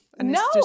no